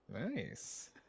nice